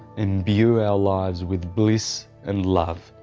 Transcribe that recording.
imbue our lives with bliss and love,